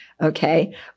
Okay